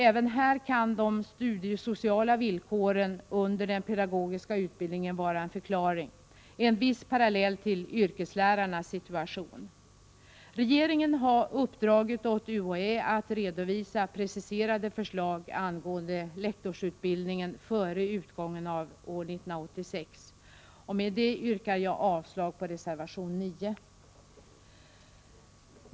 Även här kan de studiesociala villkoren under den pedagogiska utbildningen vara en förklaring, en viss parallell till yrkeslärarnas situation. Regeringen har uppdragit åt UHÄ att redovisa preciserade förslag angående lektorsutbildningen före utgången av år 1986. Med detta yrkar jag avslag på reservation 9.